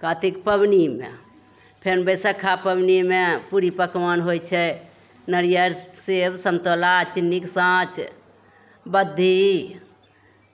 कातिक पाबनिमे फेर बैसक्खा पाबनिमे पूड़ी पकबान होइ छै नारियल सेब सन्तोला चिन्निके साँच बद्धी